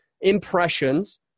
impressions